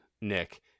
nick